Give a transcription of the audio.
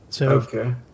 Okay